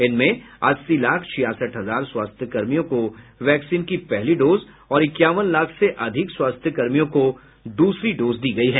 इनमें अस्सी लाख छियासठ हजार स्वास्थ्यकर्मियों को वैक्सीन की पहली डोज और इक्यावन लाख से अधिक स्वास्थ्यकर्मियों को दूसरी डोज दी गई है